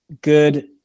good